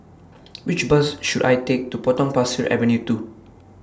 Which Bus should I Take to Potong Pasir Avenue two